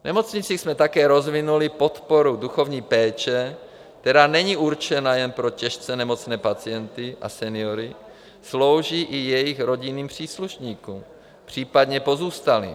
V nemocnicích jsme také rozvinuli podporu duchovní péče, která není určena jen pro těžce nemocné pacienty a seniory, slouží i jejich rodinným příslušníkům, případně pozůstalým.